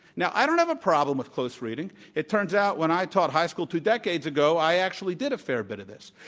now, i don't have a problem with close reading. it turns out when i taught high school two decades ago, i actually did a fair bit of this.